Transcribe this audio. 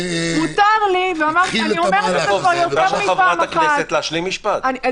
אני אומרת יותר מפעם אחת,